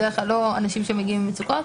בדרך כלל לא אנשים שמגיעים ממצוקות.